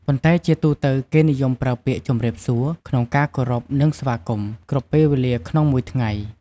ប៉ុន្តែជាទូទៅគេនិយមប្រើពាក្យ ជំរាបសួរ ក្នុងការគោរព និងស្វាគមន៍ គ្រប់ពេលវេលាក្នុងមួយថ្ងៃ។